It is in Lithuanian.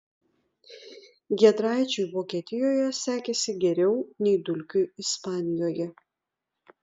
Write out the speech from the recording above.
giedraičiui vokietijoje sekėsi geriau nei dulkiui ispanijoje